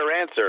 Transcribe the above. answer